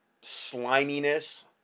sliminess